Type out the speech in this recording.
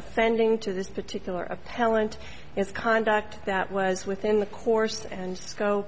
offending to this particular appellant its conduct that was within the course and go